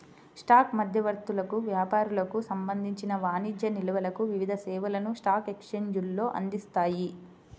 stock మధ్యవర్తులకు, వ్యాపారులకు సంబంధించిన వాణిజ్య నిల్వలకు వివిధ సేవలను స్టాక్ ఎక్స్చేంజ్లు అందిస్తాయి